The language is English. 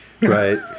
Right